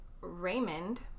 Raymond